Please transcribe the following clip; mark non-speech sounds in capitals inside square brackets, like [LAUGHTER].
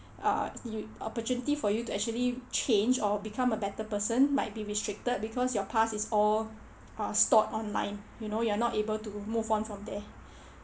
uh you opportunity for you to actually change or become a better person might be restricted because your past is all uh stored online you know you are not able to move on from there [BREATH]